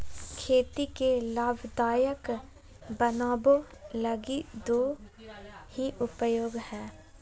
खेती के लाभदायक बनाबैय लगी दो ही उपाय हइ